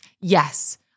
Yes